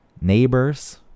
Neighbors